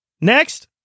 Next